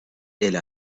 elle